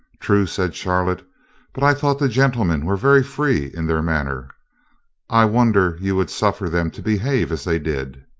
true, said charlotte but i thought the gentlemen were very free in their manner i wonder you would suffer them to behave as they did.